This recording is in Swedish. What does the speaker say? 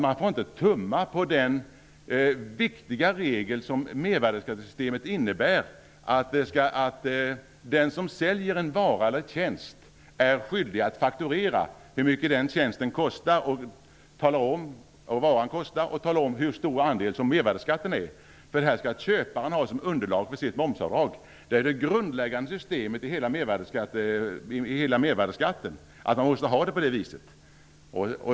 Man får inte tumma på den viktiga regel som mervärdesskattesystemet innebär, nämligen att den som säljer en vara eller tjänst är skyldig att fakturera hur mycket den varan eller tjänsten kostar och tala om hur stor andel av priset som är mervärdesskatt. Det skall köparen ha som underlag för sitt momsavdrag. Det grundläggande i hela systemet med mervärdesskatten är att ha det på det viset.